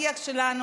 שלך.